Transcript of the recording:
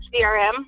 CRM